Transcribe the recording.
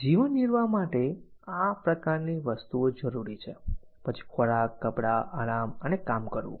જીવન નિર્વાહ માટે આ પ્રકારની વસ્તુઓ જરૂરી છે પછી ખોરાક કપડાં આરામ અને કામ કરવું